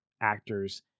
actors